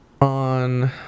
on